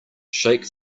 shake